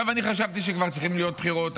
אני חשבתי שכבר צריכות להיות בחירות,